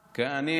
כן.